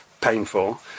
painful